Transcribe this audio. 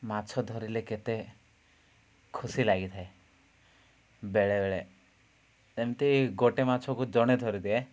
ମାଛ ଧରିଲେ କେତେ ଖୁସି ଲାଗିଥାଏ ବେଳେବେଳେ ଏମିତି ଗୋଟେ ମାଛକୁ ଜଣେ ଧରି ଦିଏ